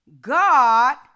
God